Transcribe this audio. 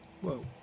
Whoa